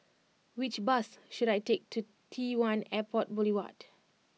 which bus should I take to T One Airport Boulevard